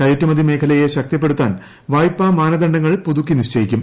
കയറ്റുമതി മേഖലയെ ശക്തിപ്പെടുത്താൻ വായ്പാ മാനദണ്ഡങ്ങൾ പുതുക്കി നിശ്ചയിക്കും